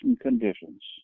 conditions